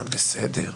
בסדר,